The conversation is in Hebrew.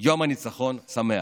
יום הניצחון שמח.